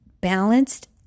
balanced